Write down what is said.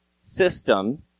system